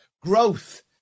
growth